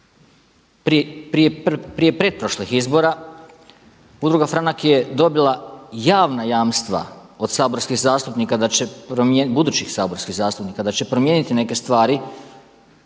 prije pretprošlih izbora Udruga Franak je dobila javna jamstva od budućih saborskih zastupnika da će promijeniti neke stvari